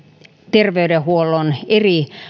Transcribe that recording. terveydenhuollon eri